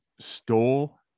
Stole